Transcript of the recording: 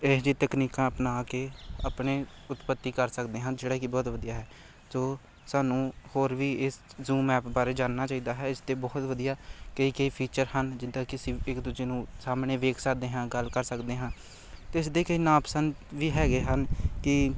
ਇਹੋ ਜਿਹੀ ਤਕਨੀਕਾਂ ਅਪਣਾ ਕੇ ਆਪਣੇ ਉਤਪੱਤੀ ਕਰ ਸਕਦੇ ਹਾਂ ਜਿਹੜਾ ਕਿ ਬਹੁਤ ਵਧੀਆ ਹੈ ਸੋ ਸਾਨੂੰ ਹੋਰ ਵੀ ਇਸ ਜ਼ੂਮ ਐਪ ਬਾਰੇ ਜਾਣਨਾ ਚਾਹੀਦਾ ਹੈ ਇਸ ਦੇ ਬਹੁਤ ਵਧੀਆ ਕਈ ਕਈ ਫੀਚਰ ਹਨ ਜਿੱਦਾਂ ਕਿ ਅਸੀਂ ਇੱਕ ਦੂਜੇ ਨੂੰ ਸਾਹਮਣੇ ਦੇਖ ਸਕਦੇ ਹਾਂ ਗੱਲ ਕਰ ਸਕਦੇ ਹਾਂ ਅਤੇ ਇਸ ਦੇ ਕਈ ਨਾਪਸੰਦ ਵੀ ਹੈਗੇ ਹਨ ਕਿ